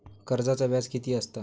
कर्जाचा व्याज कीती असता?